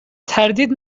تردید